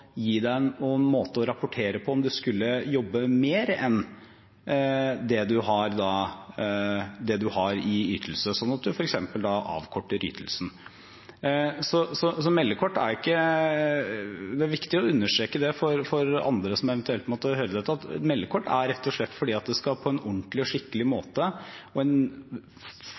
en måte å rapportere på om du skulle jobbe mer enn det du har i ytelse, slik at du f.eks. da avkorter ytelsen. Det er viktig å understreke – for andre som eventuelt måtte høre dette – at meldekort er rett og slett for på en ordentlig og skikkelig og forhåpentligvis forutsigbar måte å kunne melde inn f.eks. hvis man i en